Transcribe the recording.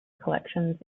collections